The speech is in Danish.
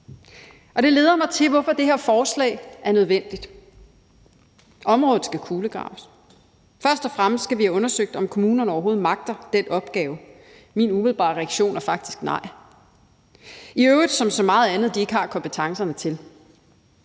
Det leder mig til, hvorfor det her forslag er nødvendigt. Området skal kulegraves, og først og fremmest skal vi have undersøgt, om kommunerne overhovedet magter den opgave. Min umiddelbare reaktion er faktisk nej, og det gælder i øvrigt som så meget andet, de ikke har kompetencerne til.